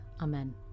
Amen